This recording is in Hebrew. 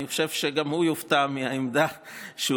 אני חושב שגם הוא יופתע מהעמדה שהוא,